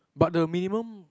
but the minimum